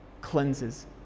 cleanses